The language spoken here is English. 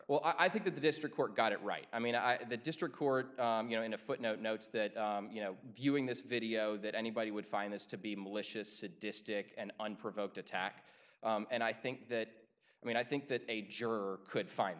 well i think the district court got it right i mean i the district court you know in a footnote notes that you know viewing this video that anybody would find this to be malicious sadistic and unprovoked attack and i think that i mean i think that a juror could find